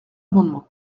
amendement